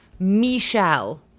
Michelle